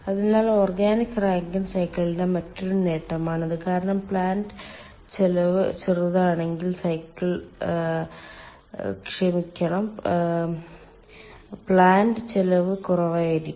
അതിനാൽ organic Rankine സൈക്കിളിന്റെ മറ്റൊരു നേട്ടമാണിത് കാരണം പ്ലാന്റ് ചെലവ് ചെറുതാണെങ്കിൽ സൈക്കിൾ ക്ഷമിക്കണം പ്ലാന്റ് ചെലവ് കുറവായിരിക്കും